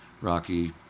rocky